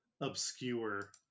obscure